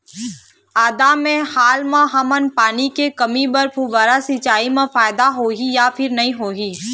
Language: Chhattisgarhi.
आदा मे हाल मा हमन पानी के कमी म फुब्बारा सिचाई मे फायदा होही या फिर नई होही?